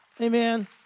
Amen